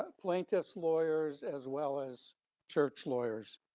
ah plaintiff's lawyers as well as church lawyers.